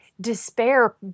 despair